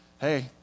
hey